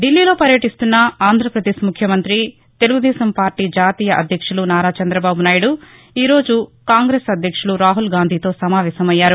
ధిల్లీలో పర్యటిస్తున్న ఆంధ్రాపదేశ్ ముఖ్యమంతి తెలుగుదేశం పార్టీ జాతీయ అధ్యక్షులు నారా చంద్రబాబు నాయుడు ఈరోజు కాంగ్రెస్ అధ్యక్షులు రాహుల్ గాంధీతో సమావేశమయ్యారు